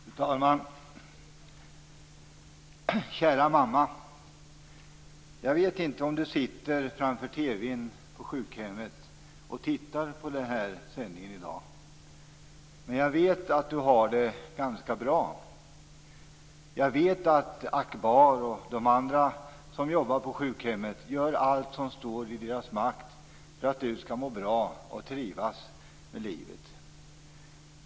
Fru talman! Kära mamma! Jag vet inte om du sitter framför TV:n på sjukhemmet och tittar på den här sändningen i dag. Men jag vet att du har det ganska bra. Jag vet att Akbar och de andra som jobbar på sjukhemmet gör allt som står i deras makt för att du skall må bra och trivas med livet.